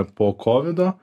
po kovido